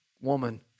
woman